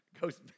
Goes